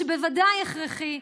שבוודאי הכרחי,